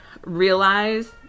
Realize